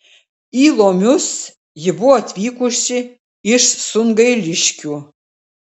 į lomius ji buvo atvykusi iš sungailiškių